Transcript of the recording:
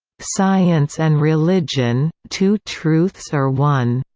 science and religion two truths or one?